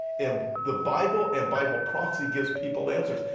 and the bible and bible prophecy gives people answers.